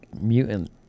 mutant